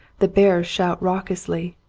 the bearers shout raucously.